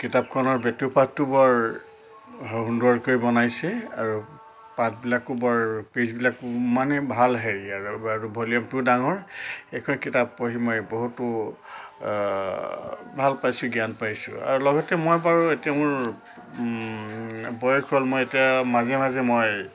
কিতাপখনৰ বেতুপাটটো বৰ সুন্দৰকৈ বনাইছে আৰু পাটবিলাকো বৰ পেজবিলাক মানে ভাল হেৰি আৰু ভলিউমটোও ডাঙৰ এইখন কিতাপ পঢ়ি মই বহুতো ভাল পাইছো জ্ঞান পাইছো আৰু লগতে মই বাৰু এতিয়া মোৰ বয়স হ'ল মই এতিয়া মাজে মাজে মই